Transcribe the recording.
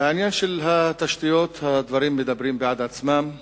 בעניין של התשתיות, הדברים מדברים בעד עצמם.